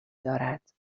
دارد